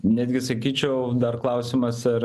netgi sakyčiau dar klausimas ar